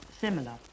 similar